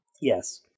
Yes